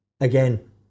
Again